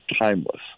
timeless